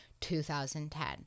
2010